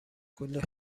کلی